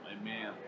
Amen